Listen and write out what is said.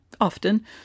often